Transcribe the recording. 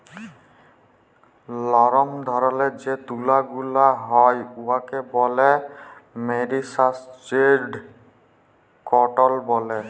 লরম ধরলের যে তুলা গুলা হ্যয় উয়াকে ব্যলে মেরিসারেস্জড কটল ব্যলে